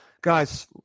Guys